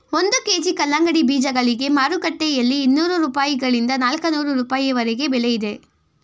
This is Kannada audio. ಒಂದು ಕೆ.ಜಿ ಕಲ್ಲಂಗಡಿ ಬೀಜಗಳಿಗೆ ಮಾರುಕಟ್ಟೆಯಲ್ಲಿ ಇನ್ನೂರು ರೂಪಾಯಿಗಳಿಂದ ನಾಲ್ಕನೂರು ರೂಪಾಯಿವರೆಗೆ ಬೆಲೆ ಇದೆ